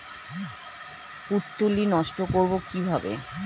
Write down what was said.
পুত্তলি নষ্ট করব কিভাবে?